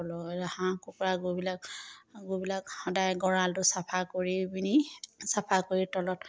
হাঁহ কুকুৰা গৰুবিলাক গোবিলাক সদায় গঁৰালটো চাফা কৰি পিনি চাফা কৰি তলত